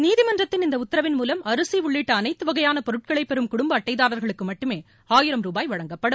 நீதிமன்றத்தின் இந்த உத்தரவின் மூலம் அரிசி உள்ளிட்ட அனைத்து வகையான பொருட்களை பெறும் குடும்ப அட்டைதாரர்களுக்கு மட்டுமே ஆயிரம் ரூபாய் வழங்கப்படும்